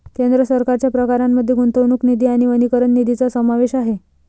केंद्र सरकारच्या प्रकारांमध्ये गुंतवणूक निधी आणि वनीकरण निधीचा समावेश आहे